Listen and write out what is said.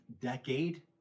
decade